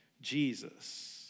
Jesus